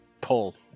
pull